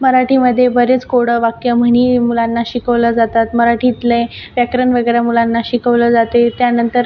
मराठीमध्ये बरेच कोडं वाक्य म्हणी मुलांना शिकवल्या जातात मराठीतले व्याकरण वगैरे मुलांना शिकवलं जाते त्यानंतर